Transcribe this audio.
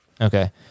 Okay